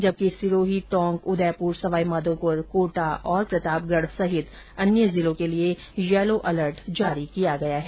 जबकि सिरोही टोंक उदयपुर सवाई माघोपुर कोटा प्रतापगढ समेत अन्य जिलों के लिए येलो अलर्ट जारी किया गया है